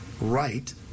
right